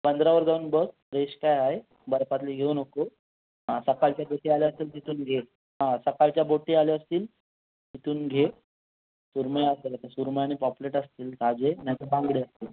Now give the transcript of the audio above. बंदरावर जाऊन बघ फ्रेश काय आहे बर्फातले घेऊ नको हां सकाळच्या बोटी आल्या असतील तिथून घे हां सकाळच्या बोटी आल्या असतील तिथून घे सुरमय असेल तर सुरमय आणि पॉपलेट असतील ताजे नाहीतर बांगडे असतील